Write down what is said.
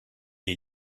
est